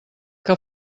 que